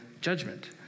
judgment